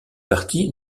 partie